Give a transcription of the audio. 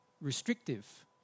restrictive